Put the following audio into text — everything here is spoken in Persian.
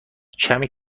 کمی